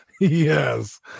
yes